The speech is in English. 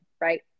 right